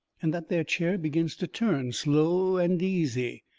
and that there chair begins to turn, slow and easy.